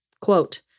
Quote